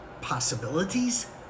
possibilities